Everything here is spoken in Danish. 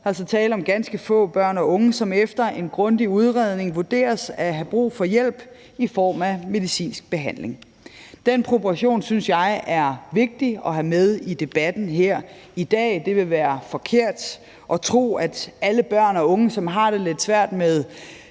altså tale om ganske få børn og unge, som efter en grundig udredning vurderes at have brug for hjælp i form af medicinsk behandling. Den proportion synes jeg er vigtig at have med i debatten her i dag. Det vil være forkert at tro, at alle børn og unge, som har det lidt svært med